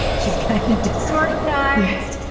she's kind of disorganized.